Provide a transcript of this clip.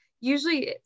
usually